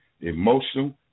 emotional